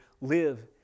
live